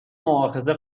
مواخذه